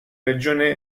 regione